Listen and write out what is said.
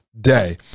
day